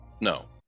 No